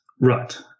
right